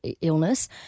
illness